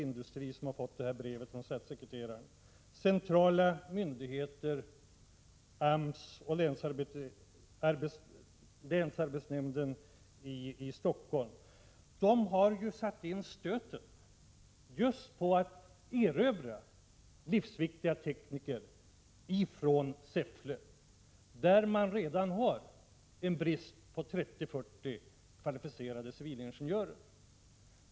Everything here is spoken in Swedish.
industridepartementet som har fått det här brevet från statssekreteraren —, centrala myndigheter, AMS och länsarbetsnämnden i Stockholm sätter in stöten just för att erövra livsviktiga tekniker från Säffle, där man redan har en brist på 30-40 kvalificerade civilingenjörer?